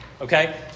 Okay